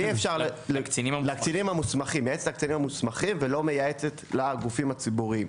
מייעצת לקצינים המוסמכים ולא מייעצת לגופים הציבוריים.